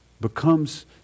becomes